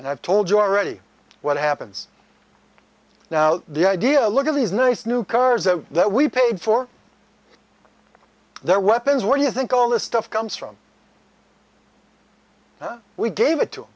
and i've told you already what happens now the idea look at these nice new cars a that we paid for their weapons when you think all this stuff comes from we gave it to